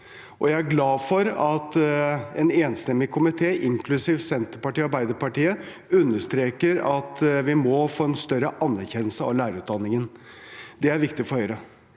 Jeg er glad for at en enstemmig komité, inklusiv Senterpartiet og Arbeiderpartiet, understreker at vi må få en større anerkjennelse av lærerutdanningen. Det er viktig for Høyre.